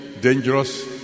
dangerous